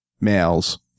males